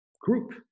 group